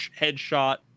headshot